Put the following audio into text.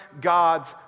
God's